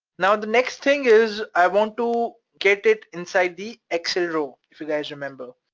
now, the next thing is, i want to get it inside the excel row, if you guys remember.